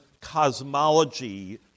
cosmology